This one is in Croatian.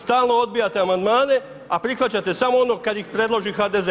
Stalno odbijate amandmane a prihvaćate samo ono kad ih predložite HDZ.